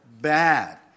bad